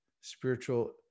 spiritual